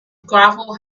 gravel